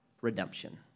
redemption